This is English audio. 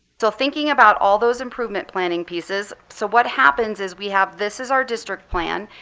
so thinking about all those improvement planning pieces, so what happens is we have this is our district plan.